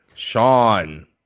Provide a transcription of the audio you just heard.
Sean